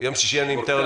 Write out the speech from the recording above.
זה חג?